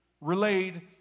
relayed